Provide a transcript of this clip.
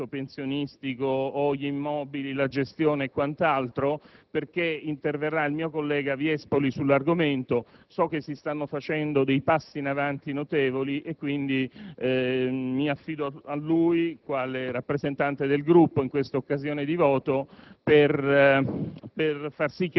o su altri, quali il personale, il trattamento pensionistico, gli immobili o la gestione, perché interverrà il mio collega Viespoli in proposito. So che si stanno facendo passi in avanti notevoli e quindi mi affido a lui quale rappresentante del Gruppo in questa